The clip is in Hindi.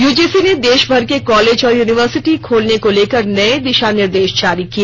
यूजीसी ने देशभर के कॉलेज और यूनिवर्सिटी खोलने को लेकर नए दिशा निर्देश जारी किए